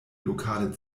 lokale